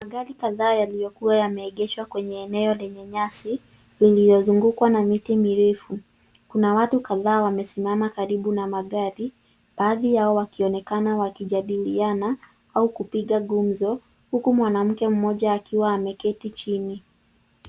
Magari kadhaa yaliyokuwa yameegeshwa kwenye eneo lenye nyasi iliyozungukwa na miti mirefu. Kuna watu kadhaa wamesimama karibu na magari baadhi yao wakionekana wakijadiliana au kupiga gumzo huku mwanamke mmoja akiwa ameketi chini.